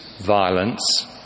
violence